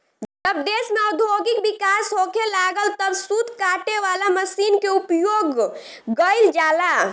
जब देश में औद्योगिक विकास होखे लागल तब सूत काटे वाला मशीन के उपयोग गईल जाला